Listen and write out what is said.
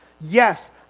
Yes